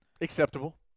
Acceptable